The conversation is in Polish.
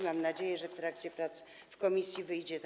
Mam nadzieję, że w trakcie prac w komisji wyjdzie to.